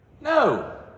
No